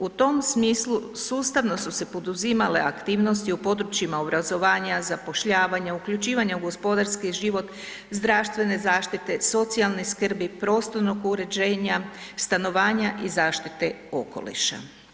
U tom smislu sustavno su se poduzimale aktivnosti u područjima obrazovanja, zapošljavanja, uključivanja u gospodarski život, zdravstvene zaštite, socijalne skrbi, prostornog uređenja, stanovanja i zaštite okoliša.